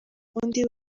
undi